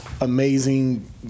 amazing